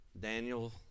Daniel